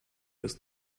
ist